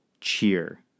Cheer